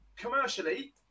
Commercially